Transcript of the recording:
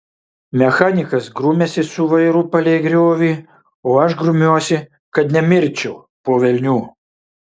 mechanikas grumiasi su vairu palei griovį o aš grumiuosi kad nemirčiau po velnių